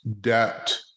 debt